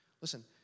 listen